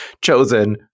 chosen